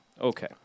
Okay